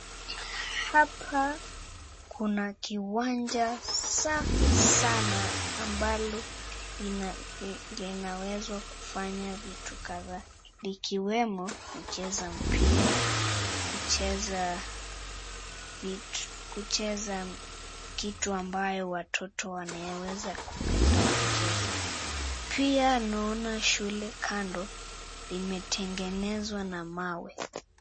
Hapa kuna kiwanja safi sana ambalo linaweza kufanya vitu kadhaa likiwemo kucheza mpira, kucheza vitu kucheza kitu ambayo watoto wanaweza kupenda kucheza. Pia naona shule kando limetengenezwa na mawe.